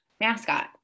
mascot